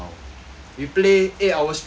we play eight hours straight you know